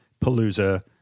Palooza